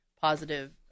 positive